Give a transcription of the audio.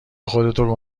خودتو